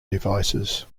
devices